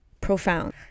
profound